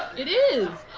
it is.